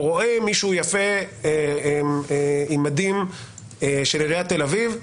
הוא יראה מישהו יפה עם מדים של עיריית תל אביב,